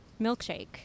milkshake